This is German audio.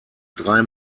drei